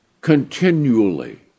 continually